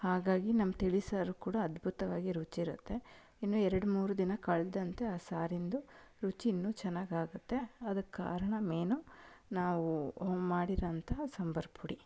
ಹಾಗಾಗಿ ನಮ್ಮ ತಿಳಿಸಾರು ಕೂಡ ಅದ್ಭುತವಾಗಿ ರುಚಿಯಿರುತ್ತೆ ಇನ್ನು ಎರಡು ಮೂರು ದಿನ ಕಳೆದಂತೆ ಆ ಸಾರಿಂದು ರುಚಿ ಇನ್ನೂ ಚೆನ್ನಾಗಿ ಆಗುತ್ತೆ ಅದಕ್ಕೆ ಕಾರಣ ಮೇನು ನಾವು ಮಾಡಿರೋಂತಹ ಸಾಂಬಾರ ಪುಡಿ